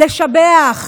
לשבח,